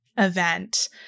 event